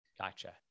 Gotcha